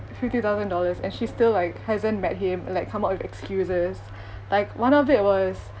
fifty thousand dollars and she's still like hasn't met him like come up with excuses like one of it was